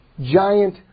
giant